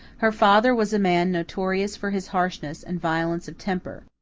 her father was a man notorious for his harshness and violence of temper.